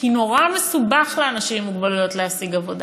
כי נורא מסובך לאנשים עם מוגבלות להשיג עבודה.